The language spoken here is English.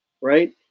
right